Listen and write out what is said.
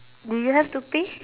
do you have to pay